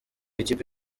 ikipe